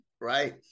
right